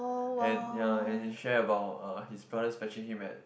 and ya and he shared about uh his brothers fetching him at